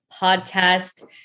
podcast